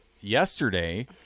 yesterday